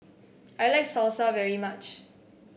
I like Salsa very much